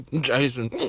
jason